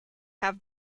have